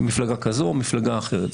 למפלגה כזו או למפלגה אחרת.